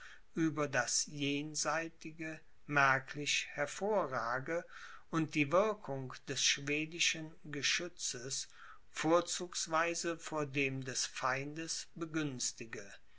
über das jenseitige merklich hervorrage und die wirkung des schwedischen geschützes vorzugsweise vor dem des feindes begünstige